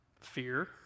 fear